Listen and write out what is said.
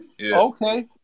Okay